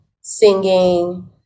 singing